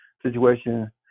situation